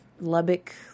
Lubbock